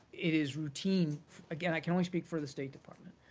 it is routine again, i can only speak for the state department,